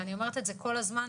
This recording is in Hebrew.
ואני אומרת את זה כל הזמן,